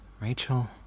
Rachel